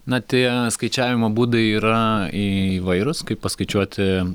na tie skaičiavimo būdai yra įvairūs kaip paskaičiuoti